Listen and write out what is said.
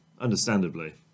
Understandably